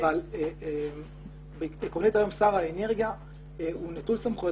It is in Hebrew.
אבל עקרונית היום שר האנרגיה נטול סמכויות